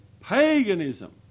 Paganism